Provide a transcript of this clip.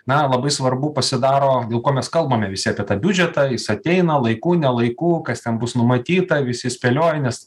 na labai svarbu pasidaro dėl ko mes kalbame visi apie tą biudžetą jis ateina laiku ne laiku kas ten bus numatyta visi spėlioja nes